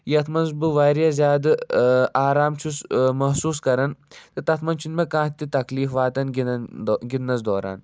یَتھ منٛز بہٕ واریاہ زیادٕ آرام چھُس محسوٗس کَران تہٕ تَتھ منٛز چھُنہٕ مےٚ کانٛہہ تہِ تکلیٖف وَاتَان گِنٛدَن گِنٛدنَس دوران